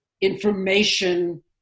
information